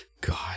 God